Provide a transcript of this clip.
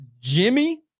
Jimmy